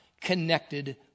connected